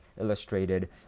illustrated